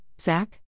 Zach